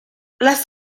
las